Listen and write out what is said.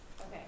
Okay